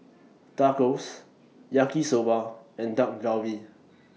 Tacos Yaki Soba and Dak Galbi